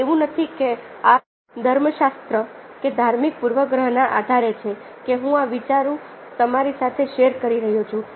તે એવું નથી કે આ ધર્મશાસ્ત્ર કે ધાર્મિક પૂર્વ ગ્રહ ના આધારે છે કે હું આ વિચારો તમારી સાથે શેર કરી રહ્યો છું